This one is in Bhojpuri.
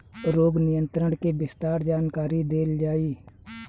रोग नियंत्रण के विस्तार जानकरी देल जाई?